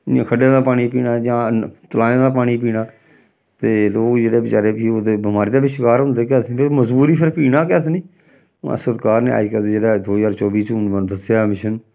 इ'यां खड्डें दा पानी पीना जां तलाएं दा पानी पीना ते लोक जेह्ड़े बचैरे फ्ही ओह् ते बमारी दा बी शकार होंदे केह् आखदे निं भाई मजबूरी फिर पीना केह् आखदे निं उ'आं सरकार ने अजकल्ल जेह्ड़ा दो ज्हार चौबी च हून दस्सेआ मिशन